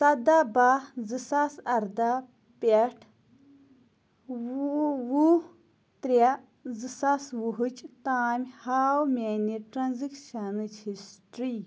سَداہ باہ زٕ ساس اَرداہ پٮ۪ٹھ وُہ ترٛےٚ زٕ سَاس وُہ ہٕچ تام ہاو میٛانہِ ٹرٛانٛزِیکشنٕچ ہِسٹری